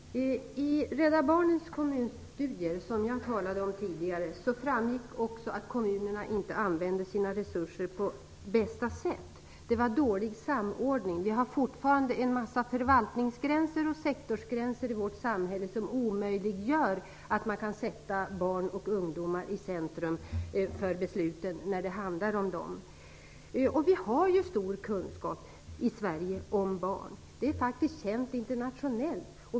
Herr talman! I Rädda Barnens kommunstudier, som jag talade om tidigare, framgick också att kommunerna inte använder sina resurser på bästa sätt. Det var dålig samordning. Vi har fortfarande en massa förvaltningsgränser och sektorsgränser i vårt samhälle som omöjliggör att man kan sätta barn och ungdomar i centrum för de beslut som handlar om dem. Vi har ju stor kunskap om barn i Sverige. Det är faktiskt känt internationellt.